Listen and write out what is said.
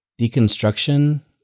deconstruction